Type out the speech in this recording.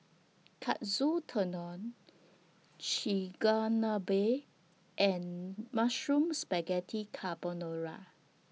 Katsu Tendon Chigenabe and Mushroom Spaghetti Carbonara